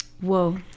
Whoa